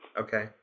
Okay